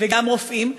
וגם רופאים.